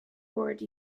already